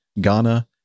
Ghana